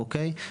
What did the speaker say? אוקיי?